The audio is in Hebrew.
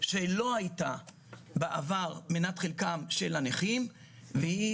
שלא הייתה בעבר מנת חלקם של הנכים והיא